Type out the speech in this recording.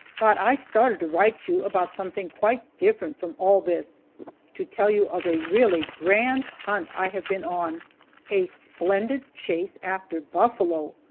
but i started to write you about something quite different from all this to tell you of a really grand hunt i have been on a splendid chase after buffalo!